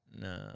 No